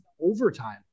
overtime